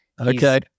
Okay